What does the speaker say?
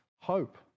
hope